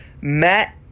Matt